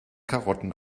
karotten